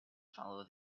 follow